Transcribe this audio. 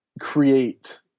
create